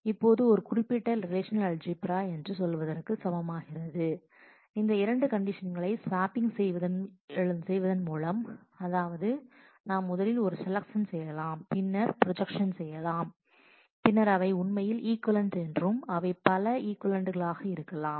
இப்போது இது குறிப்பிட்ட ரிலேஷநல் அல்ஜிபிரா எஸ்பிரஸன் என்று சொல்வதற்கு சமம் ஆகிறது இந்த இரண்டு கண்டிஷன்களை ஸ்வாப்பிங் செய்து எழுதுவதன் மூலம் அதாவது நாம் முதலில் ஒரு செலக்ஷன் செய்யலாம் பின்னர் புரஜக்சன் செய்யலாம் பின்னர் அவை உண்மையில் ஈக்விவலெண்ட் என்றும் அவை பல ஈக்விவலெண்ட் இருக்கலாம்